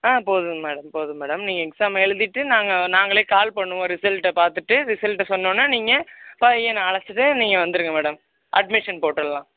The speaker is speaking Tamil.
ஆ போதுங்க மேடம் போது மேடம் நீங்கள் எக்ஸாம் எழுதிவிட்டு நாங்கள் நாங்களே கால் பண்ணுவோம் ரிசல்ட்டை பார்த்துட்டு ரிசல்ட்டை சொன்னோன்ன நீங்கள் பையனை அழைச்சிட்டு நீங்கள் வந்துருங்க மேடம் அட்மிஷன் போட்டுறலாம்